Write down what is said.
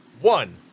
One